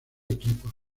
equipos